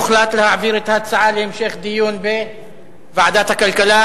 הוחלט להעביר את ההצעה להמשך דיון בוועדת הכלכלה,